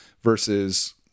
versus